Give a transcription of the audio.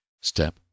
Step